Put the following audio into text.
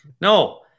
No